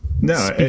no